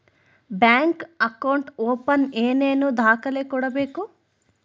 Bank account open ಏನೇನು ದಾಖಲೆ ಕೊಡಬೇಕು?